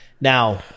Now